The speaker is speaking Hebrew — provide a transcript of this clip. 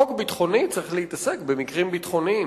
חוק ביטחוני צריך להתעסק במקרים ביטחוניים,